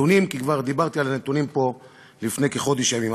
כי כבר דיברתי על הנתונים פה לפני כחודש ימים.